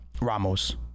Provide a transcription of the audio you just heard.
Ramos